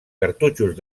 cartutxos